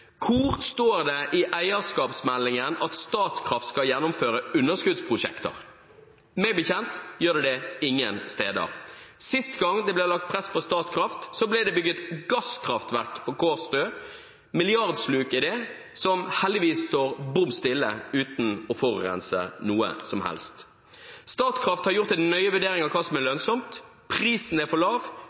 Hvor står det i eierskapsmeldingen at Statkraft skal gjennomføre underskuddsprosjekter? Meg bekjent gjør det det ingen steder. Sist gang det ble lagt press på Statkraft, ble det bygget gasskraftverk på Kårstø, milliardsluket, som heldigvis står bom stille uten å forurense noe som helst. Statkraft har gjort en nøye vurdering av hva som er lønnsomt. Prisen er for lav.